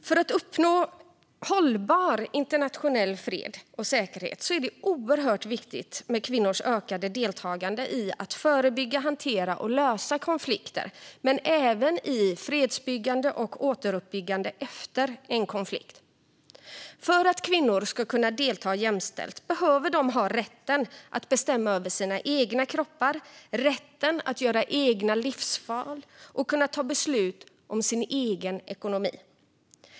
För att uppnå hållbar internationell fred och säkerhet är det oerhört viktigt med kvinnors ökade deltagande i att förebygga, hantera och lösa konflikter men även i fredsbyggande och återuppbyggande efter en konflikt. För att kvinnor ska kunna delta jämställt behöver de ha rätten att bestämma över sin egen kropp, att göra sina egna livsval och att ta beslut om sin egen ekonomi.